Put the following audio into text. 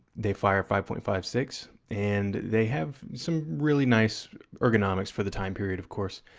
they fire five point five six, and they have some really nice ergonomics for the time period of course.